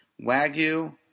Wagyu